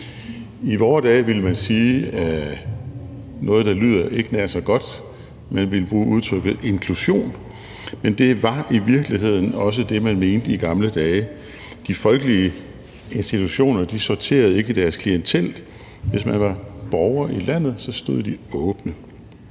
I vore dage ville man sige noget, der ikke lyder nær så godt; man ville bruge udtrykket inklusion. Men det var i virkeligheden også det, man mente i gamle dage; de folkelige institutioner sorterede ikke i deres klientel, og hvis man var borger i landet, stod de åbne.